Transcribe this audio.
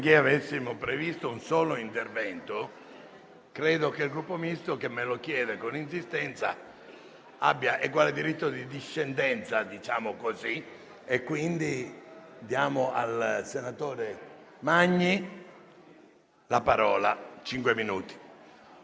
Benché avessimo previsto un solo intervento, credo che il Gruppo Misto, che me lo chiede con insistenza, abbia eguale diritto di discendenza. Quindi diamo al senatore Magni la parola per cinque minuti.